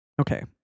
Okay